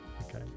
Okay